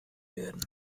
werden